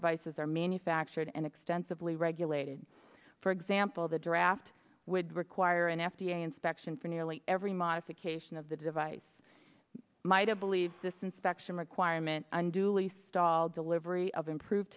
devices are manufactured and extensively regulated for example the draft would require an f d a inspection for nearly every modification of the device might have believed this inspection requirement and duly stalled delivery of improve